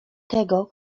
tego